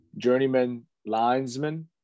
journeymanlinesman